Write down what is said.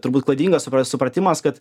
turbūt klaidingas su supratimas kad